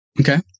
Okay